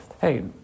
Hey